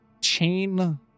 chain